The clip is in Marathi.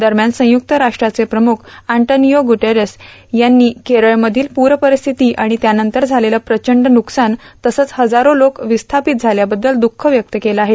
दरम्यान संयुक्त राष्ट्राचे प्रमुख अन्टानियो गुटेरस यांनी केरळमधील पूरपरिस्थिती आणि त्यानंतर झालेलं प्रचंड व्रुकसान तसंच हजारो लोक विस्थापित झाल्याबद्दल दुःख व्यक्त केलं आहे